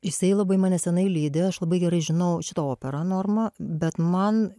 jisai labai mane senai lydi aš labai gerai žinau žinau operą norma bet man